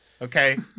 okay